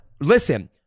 Listen